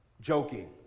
joking